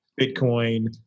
Bitcoin